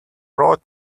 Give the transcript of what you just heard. wrote